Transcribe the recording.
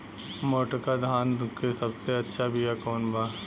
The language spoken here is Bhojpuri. मोटका धान के सबसे अच्छा बिया कवन बा?